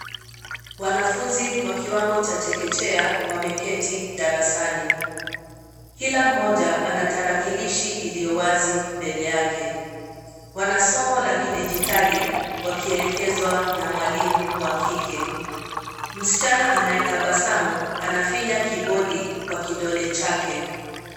Wanafunzi wa kiwango cha chekechea wameketi darasani. Kila mmoja ana tarakilishi iliyo wazi mbele yake. Wana somo la kidijitali, wakielekezwa na mwalimu wa kike. Msichana anayetabasamu anafinya kibodi kwa kidole chake.